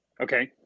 Okay